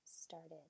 started